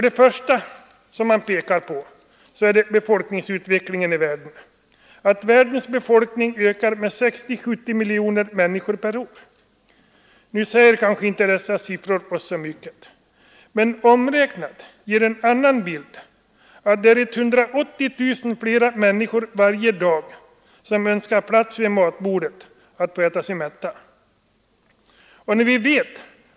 Det första skälet är befolkningsutvecklingen, att världens befolkning ökar med 60—70 miljoner människor per år. Nu säger kanske inte dessa siffror oss så mycket. Men omräknade ger de en annan bild. 180 000 flera människor varje dag önskar plats vid matbordet och vill äta sig mätta.